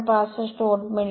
65 volt मिळेल